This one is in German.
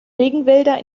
regenwälder